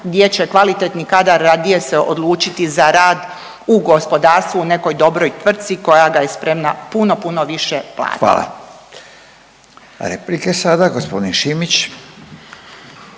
gdje će kvalitetni kadar radije se odlučiti za rad u gospodarstvu u nekoj dobroj tvrtci koja ga je spremna puno, puno više platiti. **Radin, Furio (Nezavisni)** Hvala. Replike sada, gospodin Šimić.